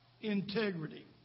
Integrity